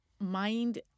mind